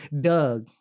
Doug